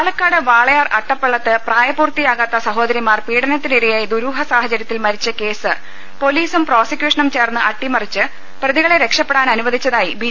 പാലക്കാട് വാളയാർ അട്ടപ്പള്ളത്ത് പ്രായിപൂർത്തിയാകാത്ത സഹോദരിമാർ പീഡനത്തിനിരയായി ദുരൂഹ് സാഹ്ചര്യത്തിൽ മരിച്ച കേസ് പോലീസും പ്രോസിക്യൂഷനും ചേർന്ന്അട്ടിമറിച്ച് പ്രതികളെ രക്ഷപ്പെടാൻ അനുവദിച്ചതായി ബി